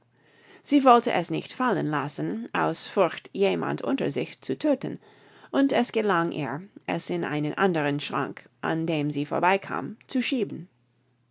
sie wollte es nicht fallen lassen aus furcht jemand unter sich zu tödten und es gelang ihr es in einen andern schrank an dem sie vorbeikam zu schieben